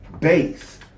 base